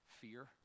fear